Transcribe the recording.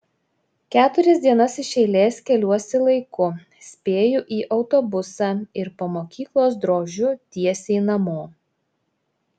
keturias dienas iš eilės keliuosi laiku spėju į autobusą ir po mokyklos drožiu tiesiai namo